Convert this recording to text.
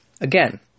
Again